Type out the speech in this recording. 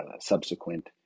subsequent